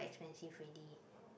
expensive already